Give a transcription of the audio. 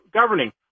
governing